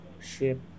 ship